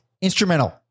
Instrumental